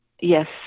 Yes